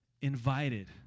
invited